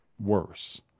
worse